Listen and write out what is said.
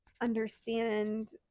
understand